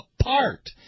apart